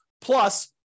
plus